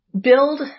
build